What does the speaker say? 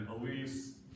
Elise